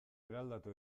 eraldatu